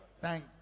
Thank